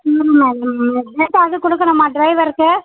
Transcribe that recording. இல்லைம்மா இல்லடம்மா பேட்டா ஏதாவது கொடுக்கணுமா ட்ரைவருக்கு